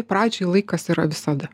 pradžioj laikas yra visada